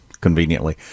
conveniently